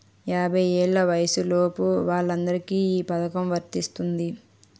యాభై ఏళ్ల వయసులోపు వాళ్ళందరికీ ఈ పథకం వర్తిస్తుంది